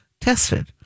tested